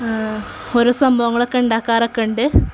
ഓരോ സംഭവങ്ങളൊക്കെ ഉണ്ടാക്കാരൊക്കെ ഉണ്ട്